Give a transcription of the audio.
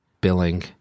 billing